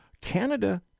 Canada